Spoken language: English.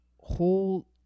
whole